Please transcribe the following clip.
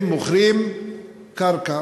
הם מוכרים קרקע,